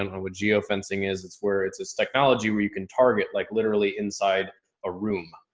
and what geo-fencing is. it's where it's this technology where you can target like literally inside a room,